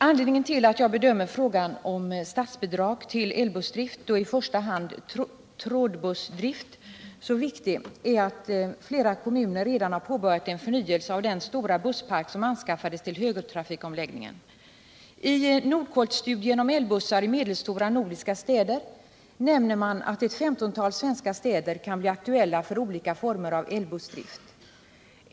Anledningen till att jag bedömer frågan om statsbidrag till elbussdrift, i första hand trådbussdrift, så viktig är att flera kommuner redan har påbörjat en förnyelse av den stora busspark som anskaffades vid högertrafikomläggningen. I NORDKOLT-studien om elbussar i medelstora nordiska städer nämner man att ett 15-tal svenska städer kan bli aktuella för olika former av elbussdrift.